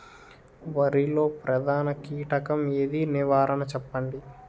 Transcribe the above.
వరిలో ప్రధాన కీటకం ఏది? నివారణ చెప్పండి?